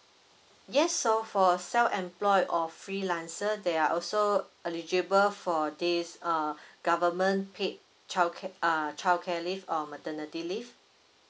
yes so for a self employ of freelancer they are also eligible for this uh government paid childcare uh childcare leave or maternity leave